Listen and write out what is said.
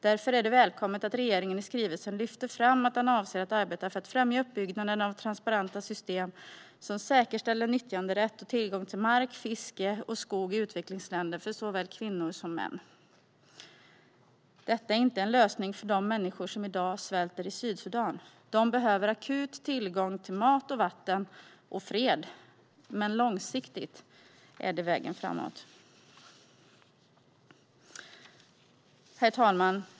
Därför är det välkommet att regeringen i skrivelsen lyfter fram att den avser att arbeta för att främja uppbyggnaden av transparenta system som säkerställer nyttjanderätt och tillgång till mark, fiske och skog i utvecklingsländer för såväl kvinnor som män. Detta är inte en lösning för de människor som i dag svälter i Sydsudan. De behöver akut tillgång till mat och vatten, och de behöver fred. Men långsiktigt är det vägen framåt. Herr talman!